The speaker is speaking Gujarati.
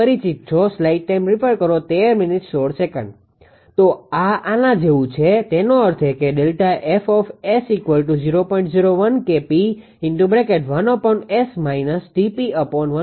તો આ આના જેવું છે તેનો અર્થ એ કે બનશે